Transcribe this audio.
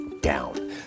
down